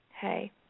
Hey